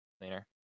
cleaner